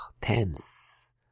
tense